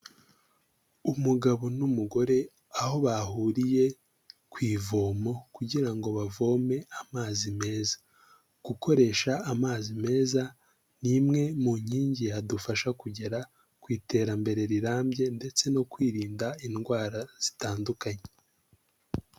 Umugabo n'umugore aho bahuriye ku ivomo kugira ngo bavome amazi meza, gukoresha amazi meza ni imwe mu nkingi yadufasha kugera ku iterambere rirambye ndetse no kwirinda indwara zitandukanye.